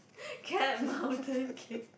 cat mountain king